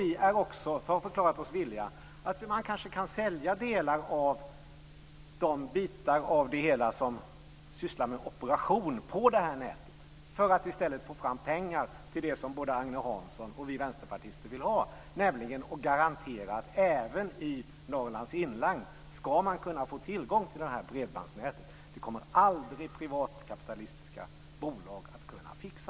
Vi har också förklarat oss villiga att kanske sälja de bitar av det hela som sysslar med operation på det här nätet för att i stället få fram pengar till det som både Agne Hansson och vi vänsterpartister vill ha, nämligen en garanti för att man även i Norrlands inland ska kunna få tillgång till det här bredbandsnätet. Det kommer aldrig privatkapitalistiska bolag att kunna fixa.